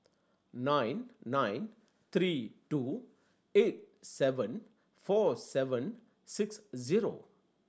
nine nine three two eight seven four seven six zero